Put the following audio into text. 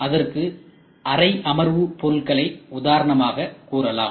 இதற்கு அரை அமர்வு பொருள்களை உதாரணமாக கூறலாம்